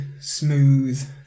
smooth